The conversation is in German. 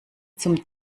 zum